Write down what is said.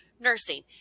nursing